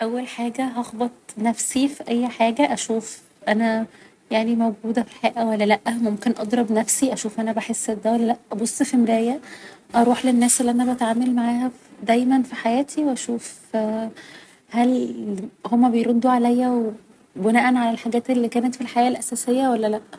اول حاجة هخبط نفسي في اي حاجة اشوف أنا يعني موجودة في الحقيقة ولا لا ممكن أضرب نفسي أشوف أنا بحس ب ده ولا لا أبص في مرايا اروح للناس اللي أنا بتعامل معاها دايما في حياتي و أشوف هل هما بيردوا عليا بناءا على الحاجات اللي كانت في الحياة الأساسية ولا لا